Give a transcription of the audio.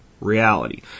reality